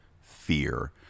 fear